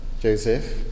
Joseph